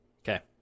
Okay